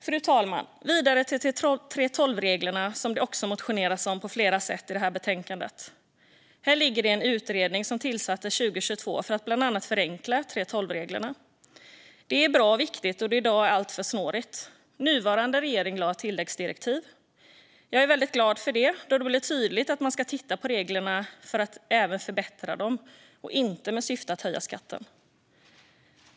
Fru talman! Jag går vidare till 3:12-reglerna, som det också finns flera motioner om. Här arbetar en utredning som tillsattes 2022 för att bland annat förenkla 3:12-reglerna. Detta är bra och viktigt, då dessa i dag är alltför snåriga. Nuvarande regering har också lagt fram ett tilläggsdirektiv. Jag är väldigt glad för det, då det blev tydligt att man skulle titta på reglerna för att förbättra dem och inte i syfte att höja skatten.